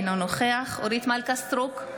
אינו נוכח אורית מלכה סטרוק,